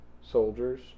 soldiers